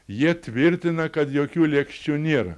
jie tvirtina kad jokių lėkščių nėra